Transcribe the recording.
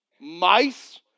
mice